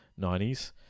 90s